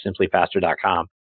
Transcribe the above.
simplyfaster.com